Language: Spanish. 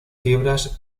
fibras